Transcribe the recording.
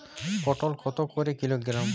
পটল কত করে কিলোগ্রাম?